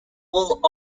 world